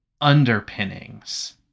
underpinnings